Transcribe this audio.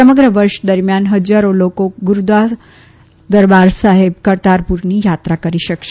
સમગ્ર વર્ષ દરમિયાન હજારી લોકો ગુરુદ્વારા દરબાર સાહેબ કરતારપુરની યાત્રા કરી શકશે